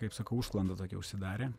kaip sakau užsklanda tokia užsidarę